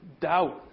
doubt